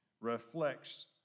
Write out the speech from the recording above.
reflects